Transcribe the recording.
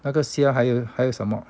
那个虾还有还有什么